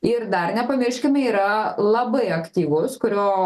ir dar nepamirškime yra labai aktyvus kurio